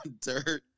dirt